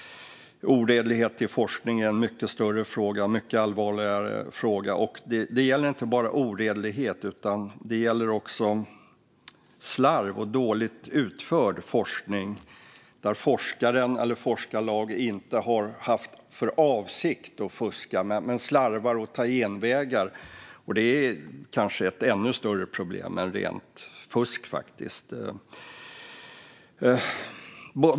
Oredlighet i forskning är en mycket större och allvarligare fråga. Det gäller inte bara oredlighet, utan det gäller också slarv och dåligt utförd forskning där forskaren eller forskarlaget inte har haft för avsikt att fuska men har slarvat och tagit genvägar. Detta är kanske ett ännu större problem än rent fusk.